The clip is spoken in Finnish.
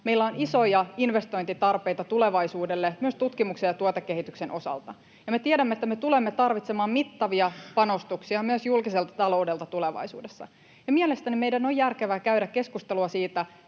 Meillä on isoja investointitarpeita tulevaisuudelle myös tutkimuksen ja tuotekehityksen osalta, ja me tiedämme, että me tulemme tarvitsemaan mittavia panostuksia myös julkiselta taloudelta tulevaisuudessa. Mielestäni meidän on järkevää käydä keskustelua siitä,